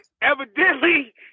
evidently